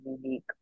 unique